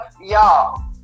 y'all